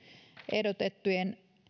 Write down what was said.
ehdotettujen